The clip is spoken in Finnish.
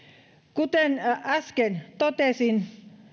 kuten äsken totesin